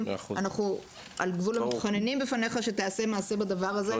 אנחנו על גבול המתחננים בפניך שתעשה מעשה בדבר הזה.